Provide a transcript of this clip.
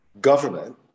government